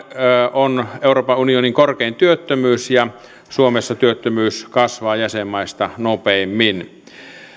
on euroopan unionin korkein työttömyys ja suomessa työttömyys kasvaa jäsenmaista nopeimmin